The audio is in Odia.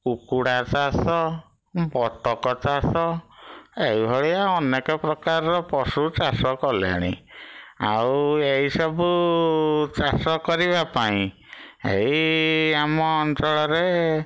କୁକୁଡ଼ା ଚାଷ ବତକ ଚାଷ ଏଇ ଭଳିଆ ଅନେକ ପ୍ରକାର ପଶୁ ଚାଷ କଲେଣି ଆଉ ଏଇ ସବୁ ଚାଷ କରିବା ପାଇଁ ଏଇ ଆମ ଅଞ୍ଚଳରେ